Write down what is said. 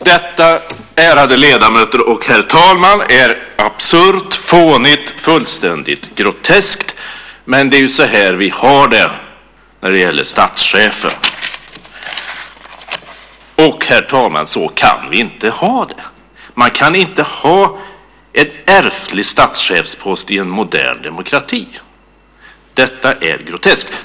Detta, ärade ledamöter och herr talman, är absurt, fånigt och fullständigt groteskt. Men det är så här vi har det när det gäller statschefen. Och, herr talman, så kan vi inte ha det. Man kan inte ha en ärftlig statschefspost i en modern demokrati. Detta är groteskt.